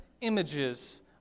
images